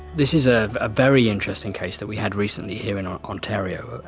this is a ah very interesting case that we had recently here in ah ontario.